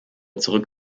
zurück